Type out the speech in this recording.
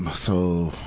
um so,